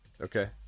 Okay